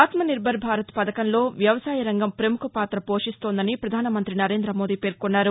ఆత్మ నిర్బర్ భారత్ పథకంలో వ్యవసాయ రంగం పముఖ పాత పోషిస్తోందని పధానమంత్రి నరేంద్రమోదీ పేర్కొన్నారు